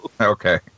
okay